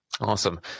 Awesome